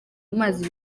amazi